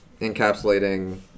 encapsulating